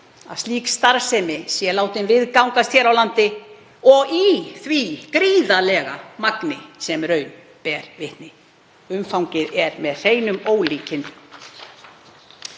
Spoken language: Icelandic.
að slík starfsemi sé látin viðgangast hér á landi og hún sé jafn gríðarleg sem raun ber vitni. Umfangið er með hreinum ólíkindum.